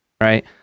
Right